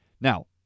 Now